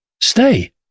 stay